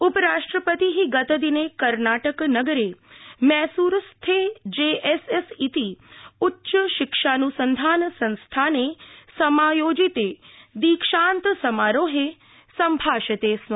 उपराष्ट्रपति गतदिने कर्नाटक नगरे मैसूरूस्थे जे एस् एस् इति उच्चशिक्षानुसन्धान संस्थाने समायोजिते दीक्षान्त समारोहे सम्भाषते स्म